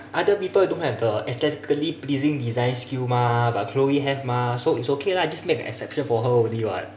other people don't have the aesthetically pleasing design skill mah but chloe have mah so it's okay lah just make an exception for her only [what]